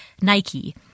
Nike